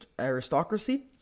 aristocracy